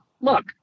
look